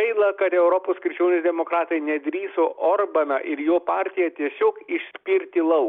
gaila kad europos krikščionys demokratai nedrįso orbaną ir jo partiją tiesiog išspirti lauk